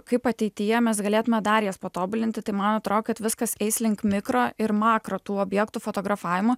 kaip ateityje mes galėtume dar jas patobulinti tai man atrodo kad viskas eis link mikro ir makro tų objektų fotografavimo